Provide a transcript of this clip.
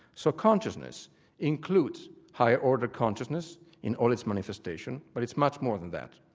so consciousness includes higher order consciousness in all its manifestations, but it's much more than that.